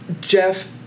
Jeff